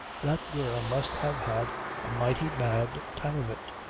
that girl must have had a mighty bad time of it.